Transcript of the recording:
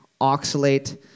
oxalate